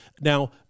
now